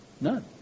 None